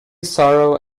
sorrow